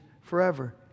forever